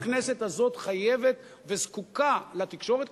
והכנסת הזאת חייבת וזקוקה לתקשורת,